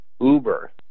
Uber